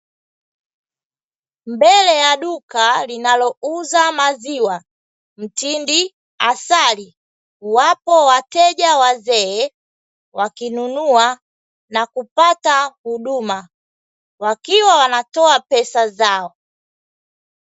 Mbele ya duka linalouza maziwa mitindi, asali wapo wateja wazee, wakinunua na kupata huduma wakiwa wanatoa pesa zao.